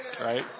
right